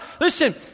Listen